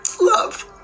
Love